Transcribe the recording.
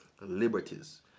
liberties